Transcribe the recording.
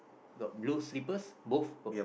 got blue slippers both got